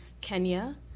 Kenya